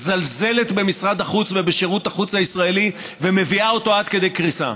מזלזלת במשרד החוץ ובשירות החוץ הישראלי ומביאה אותו עד כדי קריסה.